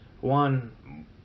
one